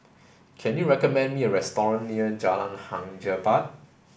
can you recommend me a restaurant near Jalan Hang Jebat